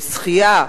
שחייה,